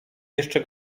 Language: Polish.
jeszcze